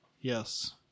Yes